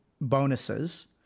bonuses